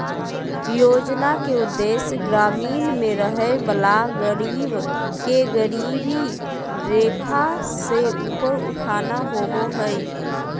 योजना के उदेश्य ग्रामीण में रहय वला गरीब के गरीबी रेखा से ऊपर उठाना होबो हइ